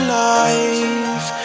life